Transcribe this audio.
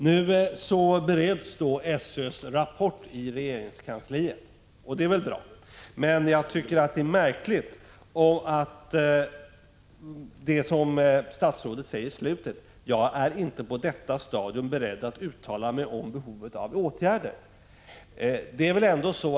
Nu bereds SÖ:s rapport i regeringskansliet, och det är bra. Men jag tycker att det är märkligt att statsrådet i slutet av sitt svar säger: ”Jag är inte på detta stadium beredd att uttala mig om behovet av åtgärder.” Det är väl ändå så att — Prot.